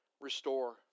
Restore